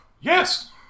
Yes